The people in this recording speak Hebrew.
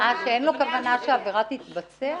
אין כוונה שהעבירה תתבצע,